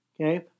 Okay